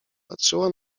patrzyła